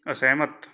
ਅਸਹਿਮਤ